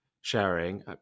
sharing